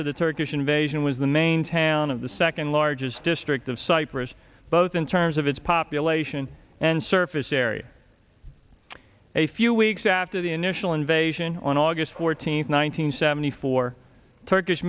to the turkish invasion was the main town of the second largest district of cyprus both in terms of its population and surface area a few weeks after the initial invasion on august fourteenth one thousand nine hundred seventy four turkish